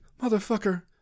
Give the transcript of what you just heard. Motherfucker